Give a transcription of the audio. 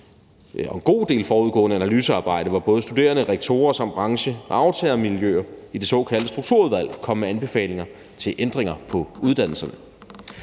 på en god del forudgående analysearbejde, hvor både studerende, rektorer og branche- og aftagermiljøer i det såkaldte strukturudvalg er kommet med anbefalinger til ændringer på uddannelserne.